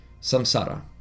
samsara